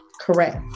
correct